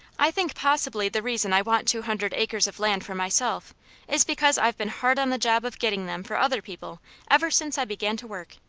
i think possibly the reason i want two hundred acres of land for myself is because i've been hard on the job of getting them for other people ever since i began to work,